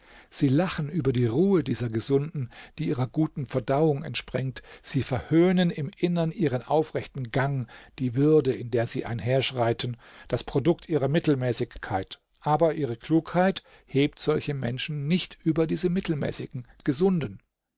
sie lachen über die ruhe dieser gesunden die ihrer guten verdauung entspringt sie verhöhnen im innern ihren aufrechten gang die würde in der sie einherschreiten das produkt ihrer mittelmäßigkeit aber ihre klugheit hebt solche menschen nicht über diese mittelmäßigen gesunden